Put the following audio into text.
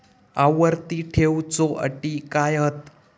आवर्ती ठेव च्यो अटी काय हत?